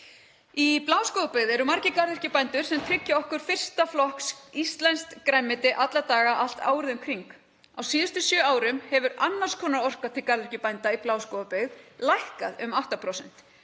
Í Bláskógabyggð eru margir garðyrkjubændur sem tryggja okkur fyrsta flokks íslenskt grænmeti alla daga, allt árið um kring. Á síðustu sjö árum hefur annars konar orka til garðyrkjubænda í Bláskógabyggð lækkað um 8%.